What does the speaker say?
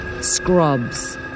scrubs